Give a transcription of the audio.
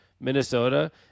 Minnesota